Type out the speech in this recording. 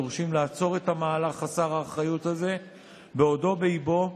דורשים לעצור את המהלך חסר האחריות הזה בעודו באיבו,